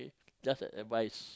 just an advice